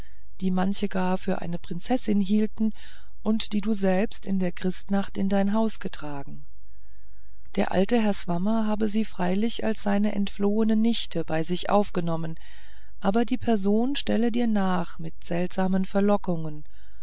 die manche gar für eine prinzessin hielten und die du selbst in der christnacht in dein haus getragen der alte herr swammer habe sie freilich als seine entflohene nichte bei sich aufgenommen aber die person stelle dir nach mit seltsamen verlockungen